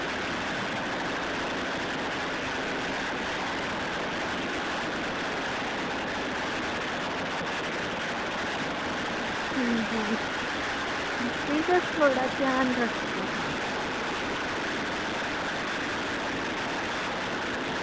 अंजी ओह्दा थोह्ड़ा ध्यान रक्खेओ